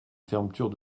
fermeture